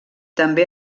també